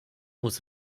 muss